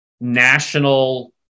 national